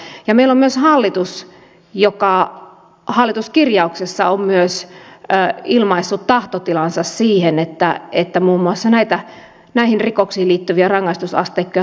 meillä on myös hallitus joka hallituskirjauksessa on myös ilmaissut tahtotilansa siihen että muun muassa näihin rikoksiin liittyviä rangaistusasteikkoja tarkastetaan